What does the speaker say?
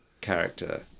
character